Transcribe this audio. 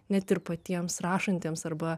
net ir patiems rašantiems arba